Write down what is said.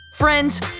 Friends